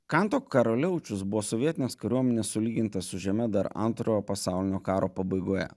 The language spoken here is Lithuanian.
kanto karaliaučius buvo sovietinės kariuomenės sulygintas su žeme dar antrojo pasaulinio karo pabaigoje